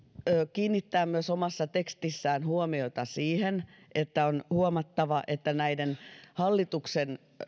kiinnittää myös omassa tekstissään huomiota siihen että on huomattava että näiden hallituksen